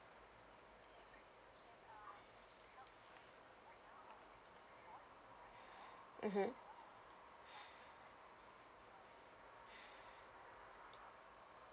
mmhmm